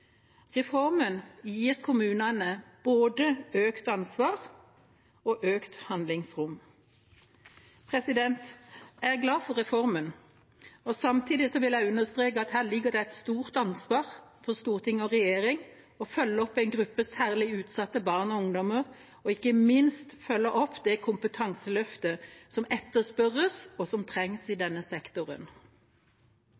Reformen gir kommunene både økt ansvar og økt handlingsrom. Jeg er glad for reformen. Samtidig vil jeg understreke at her ligger det et stort ansvar på storting og regjering for å følge opp en gruppe særlig utsatte barn og ungdommer og ikke minst følge opp det kompetanseløftet som etterspørres, og som trengs i